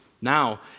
now